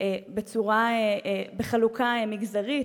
בחלוקה מגזרית,